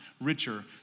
richer